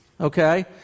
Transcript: okay